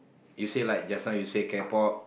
you say like just now you say K-pop